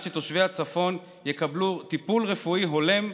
שתושבי הצפון יקבלו טיפול רפואי הולם,